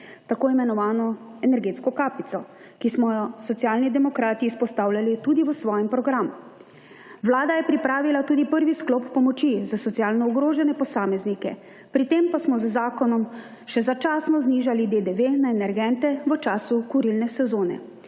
tako imenovano energetsko kapico, ki smo jo Socialni demokrati izpostavljali tudi v svojem programu. Vlada je pripravila tudi prvi sklop pomoči za socialno ogrožene posameznike, pri tem pa smo z zakonom še začasno znižali DDV na energente v času kurilne sezone.